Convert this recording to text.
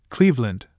Cleveland